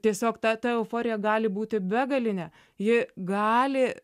tiesiog tą ta euforija gali būti begalinė ji gali